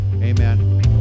Amen